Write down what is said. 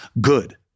good